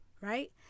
right